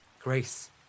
Grace